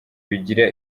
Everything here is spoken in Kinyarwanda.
bigira